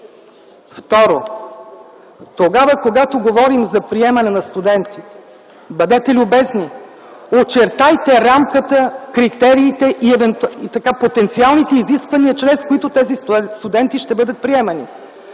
Второ. Тогава, когато говорим за приемане на студенти, бъдете любезни, очертайте рамката, критериите и потенциалните изисквания, чрез които тези студенти ще бъдат приемани.